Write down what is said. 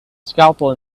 scalpel